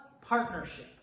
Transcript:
partnership